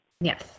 Yes